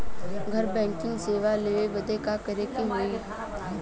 घर बैकिंग सेवा लेवे बदे का करे के होई?